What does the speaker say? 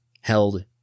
held